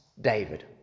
David